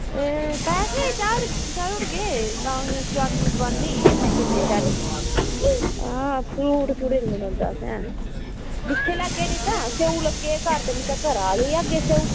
एह् पैसे चाढ़ी ओड़गे चवन्नी दोआन्नी असें किन्ने चाढ़ने आं फ्रूट थोह्ड़े लैना होंदा असें दिक्खी लैगे निं तां स्यौ लग्गे दे घर घरा लेई जाह्गे स्यौ